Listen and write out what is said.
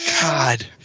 God